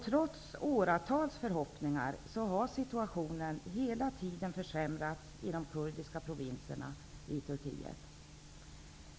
Trots åratals förhoppningar har situationen hela tiden försämrats i de kurdiska provinserna i Turkiet.